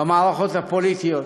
במערכות הפוליטיות,